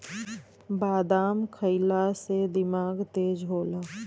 बादाम खइला से दिमाग तेज होला